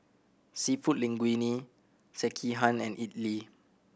Seafood Linguine Sekihan and Idili